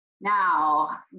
Now